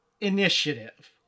initiative